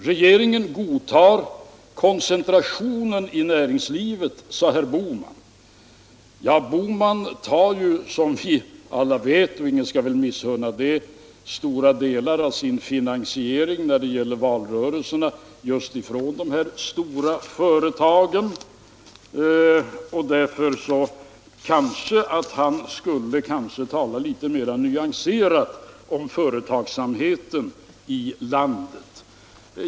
Regeringen godtar koncentrationen i näringslivet, sade herr Bohman. Herr Bohman tar ju som vi alla vet — och ingen skall missunna honom det — stora delar av sin finansiering när det gäller valrörelserna just från de här stora företagen. Därför borde han kanske tala litet mera nyanserat om företagsamheten i landet.